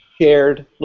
shared